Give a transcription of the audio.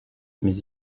mais